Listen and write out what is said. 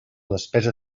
despesa